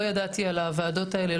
לא ידעתי על הוועדות האלה,